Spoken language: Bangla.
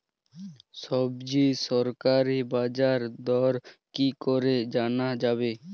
সবজির সরকারি বাজার দর কি করে জানা যাবে?